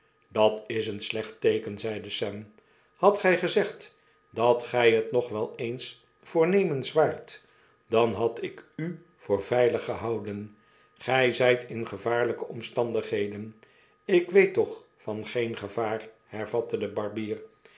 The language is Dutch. dat is een slecht teeken zeide sam hadt gy gezegd datgy het nog wel eens voornemens waart dan had ik u voor veilig gehouden gy zijt in gevaarlyke omstandigheden ik weet toch van geen gevaar hervatte de barbier